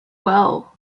well